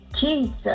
Jesus